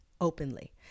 openly